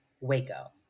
Waco